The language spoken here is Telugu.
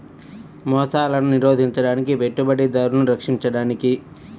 మోసాలను నిరోధించడానికి, పెట్టుబడిదారులను రక్షించడానికి